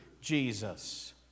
Jesus